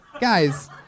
Guys